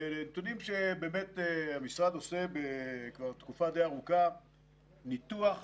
והמשרד עושה תקופה ארוכה ניתוח